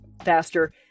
faster